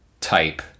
type